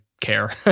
care